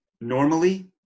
Normally